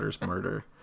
murder